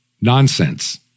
Nonsense